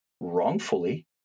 wrongfully